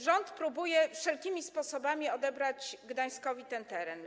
Rząd próbuje wszelkimi sposobami odebrać Gdańskowi ten teren.